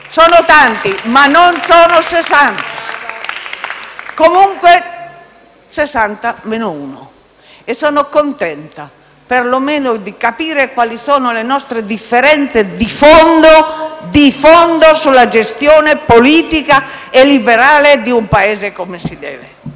e FI-BP)*. E comunque, con 60 meno uno e sono contenta, per lo meno, di capire quali sono le nostre differenze di fondo sulla gestione politica e liberale di un Paese come si deve.